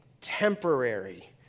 temporary